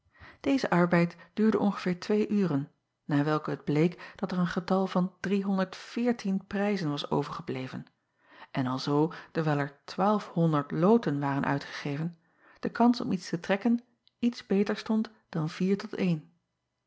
eze arbeid duurde ongeveer twee uren na welke het bleek dat er een getal van prijzen was overgebleven en alzoo dewijl er loten waren uitgegeven de kans om iets te trekken iets beter stond dan vier tot een